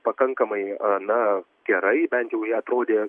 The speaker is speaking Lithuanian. pakankamai na gerai bent jau jie atrodė